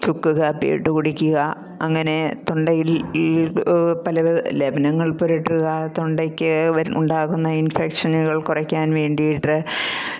ചുക്ക് കാപ്പി ഇട്ട് കുടിക്കുക അങ്ങനെ തൊണ്ടയിൽ പലവിധ ലേപനങ്ങൾ പുരട്ടുക തൊണ്ടയ്ക്ക് വരു ഉണ്ടാകുന്ന ഇൻഫെക്ഷനുകൾ കുറയ്ക്കാൻ വേണ്ടിയിട്ട്